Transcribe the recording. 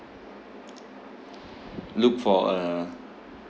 look for a